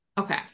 Okay